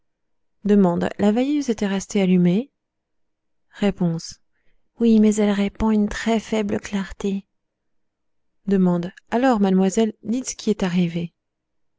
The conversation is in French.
la veilleuse était restée allumée r oui mais elle répand une très faible clarté d alors mademoiselle dites ce qui est arrivé